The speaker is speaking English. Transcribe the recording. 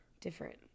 different